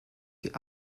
die